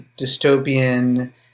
dystopian